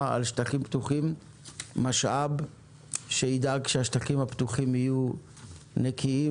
על שטחים פתוחים משאב שידאג שהשטחים הפתוחים יהיו נקיים,